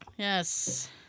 Yes